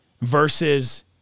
versus